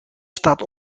staat